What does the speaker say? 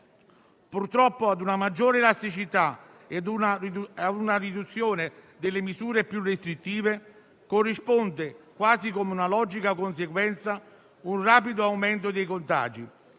Purtroppo, ad una maggiore elasticità e ad una riduzione delle misure più restrittive corrisponde, quasi come una logica conseguenza, un rapido aumento dei contagi,